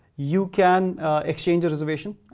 you can exchange a reservation.